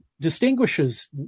distinguishes